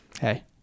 Hey